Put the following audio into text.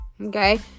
Okay